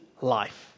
life